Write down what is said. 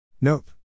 Nope